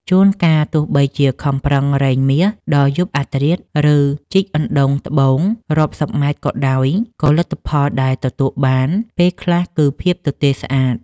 ជួនកាល ទោះបីជាខំប្រឹងរែងមាសដល់យប់អាធ្រាត្រ ឬជីកអណ្តូងត្បូងរាប់សិបម៉ែត្រក៏ដោយ ក៏លទ្ធផលដែលទទួលបានពេលខ្លះគឺភាពទទេស្អាត។